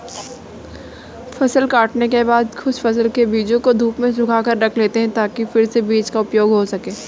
फसल काटने के बाद कुछ फसल के बीजों को धूप में सुखाकर रख लेते हैं ताकि फिर से बीज का उपयोग हो सकें